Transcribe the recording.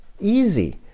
Easy